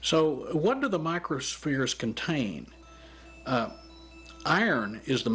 so what do the microspheres contain iron is the